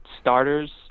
starters